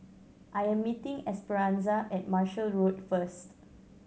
I am meeting Esperanza at Marshall Road first